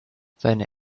seine